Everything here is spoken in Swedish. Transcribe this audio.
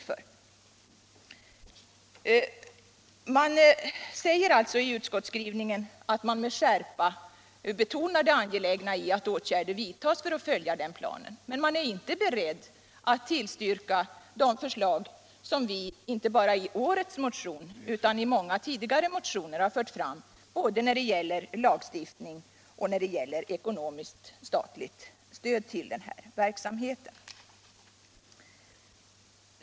Utskottet säger alltså att det med skärpa vill betona det angelägna i att åtgärder vidtas för att planen följs, men det är inte berett att tillstyrka de förslag som vi inte bara i årets motion utan i många tidigare motioner har fört fram när det gäller både lagstiftning och ekonomiskt statligt stöd till denna verksamhet.